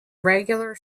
regular